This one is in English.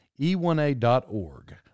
e1a.org